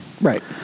Right